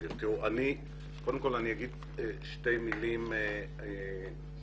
קודם כל, אני אומר שתי מילים מבחינתי.